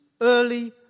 early